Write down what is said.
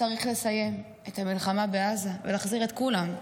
צריך לסיים את המלחמה בעזה ולהחזיר את כולם,